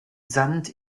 sand